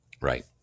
Right